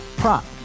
prop